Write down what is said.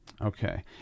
Okay